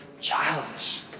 childish